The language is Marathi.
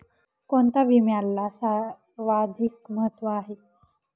कोणता विम्याला सर्वाधिक महत्व आहे?